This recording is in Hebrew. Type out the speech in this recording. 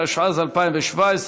התשע"ז 2017,